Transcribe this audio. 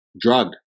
drug